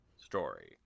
story